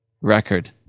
record